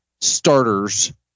starters